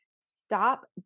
Stop